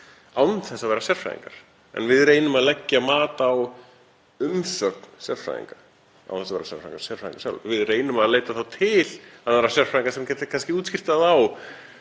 án þess að vera sérfræðingar. En við reynum að leggja mat á umsögn sérfræðinga án þess að vera sérfræðingar sjálf. Við reynum þá að leita til annarra sérfræðinga sem geta kannski útskýrt